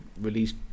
release